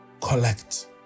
collect